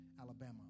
Alabama